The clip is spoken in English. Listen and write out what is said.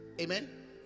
amen